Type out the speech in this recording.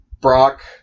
Brock